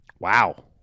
wow